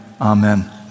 Amen